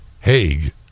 haig